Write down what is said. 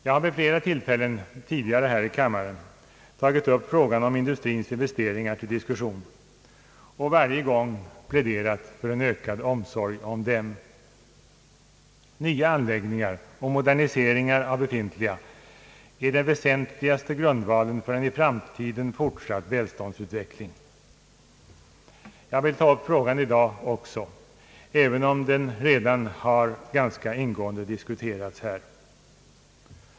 Jag har vid flera tillfällen tidigare här i kammaren tagit upp frågan om industrins investeringar till diskussion och varje gång pläderat för en ökad omsorg om dem. Nya anläggningar och moderniseringar av befintliga är den väsentliga grundvalen för en i framtiden fortsatt välståndsutveckling. Jag vill ta upp frågan i dag också, även om den redan ganska ingående har diskuterats i dagens debatt.